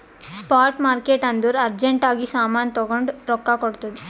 spot market ಅಂದುರ್ urgent ಆಗಿ ಸಾಮಾನ್ ತಗೊಂಡು ರೊಕ್ಕಾ ಕೊಡ್ತುದ್